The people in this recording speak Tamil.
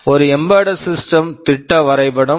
இது எம்பெடெட் சிஸ்டம் embedded system திட்ட வரைபடம்